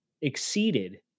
exceeded